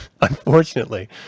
unfortunately